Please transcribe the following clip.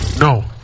No